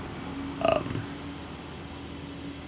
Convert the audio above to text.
um